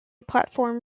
platform